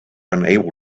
unable